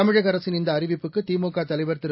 தமிழக அரசின் இந்த அறிவிப்புக்கு திமுக தலைவர் திரு